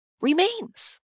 remains